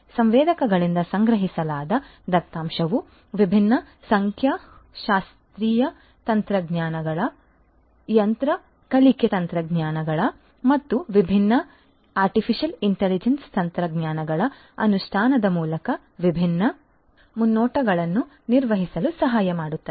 ಸಂವೇದಕಗಳಿಂದ ಸಂಗ್ರಹಿಸಲಾದ ದತ್ತಾಂಶವು ವಿಭಿನ್ನ ಸಂಖ್ಯಾಶಾಸ್ತ್ರೀಯ ತಂತ್ರಗಳು ಯಂತ್ರ ಕಲಿಕೆ ತಂತ್ರಗಳು ಮತ್ತು ವಿಭಿನ್ನ AI ತಂತ್ರಗಳ ಅನುಷ್ಠಾನದ ಮೂಲಕ ವಿಭಿನ್ನ ಮುನ್ನೋಟಗಳನ್ನು ನಿರ್ವಹಿಸಲು ಸಹಾಯ ಮಾಡುತ್ತದೆ